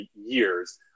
years